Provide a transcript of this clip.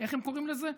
איך הם קוראים לזה,